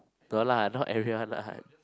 no lah not everyone lah